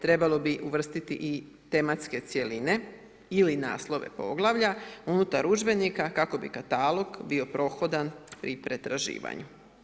Trebalo bi uvrstiti i tematske cjeline ili naslove poglavlja unutar udžbenika kako bi katalog bio prohodan pri pretraživanju.